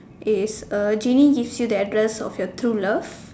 if a genie gives you the address of your true love